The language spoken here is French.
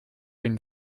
une